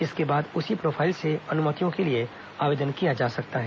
इसके बाद उसी प्रोफाईल से अनुमतियों के लिए आवेदन किया जा सकता है